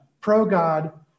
Pro-God